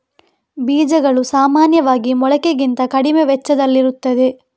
ಬೀಜಗಳು ಸಾಮಾನ್ಯವಾಗಿ ಮೊಳಕೆಗಿಂತ ಕಡಿಮೆ ವೆಚ್ಚದಲ್ಲಿರುತ್ತವೆ